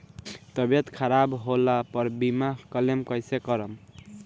तबियत खराब होला पर बीमा क्लेम कैसे करम?